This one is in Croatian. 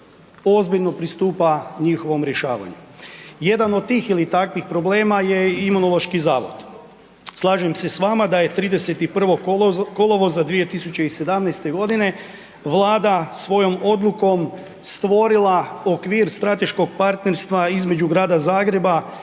ozbiljno pristupa njihovom rješavanju. Jedan od tih ili takvih problema je Imunološki zavod. Slažem se s vama, da je 31. kolovoza 2017. g. Vlada svojom odlukom stvorila okvir strateškog partnerstva između Grada Zagreba